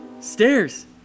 Stairs